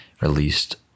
released